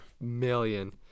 million